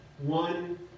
one